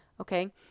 Okay